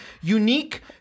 unique